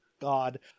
God